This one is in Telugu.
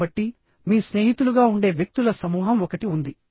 కాబట్టి మీ స్నేహితులుగా ఉండే వ్యక్తుల సమూహం ఒకటి ఉంది